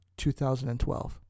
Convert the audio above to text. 2012